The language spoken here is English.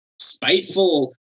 spiteful